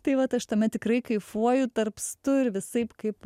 tai vat aš tame tikrai kaifuoju tarpstu ir visaip kaip